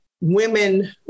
women